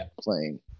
playing